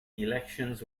elections